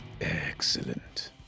Excellent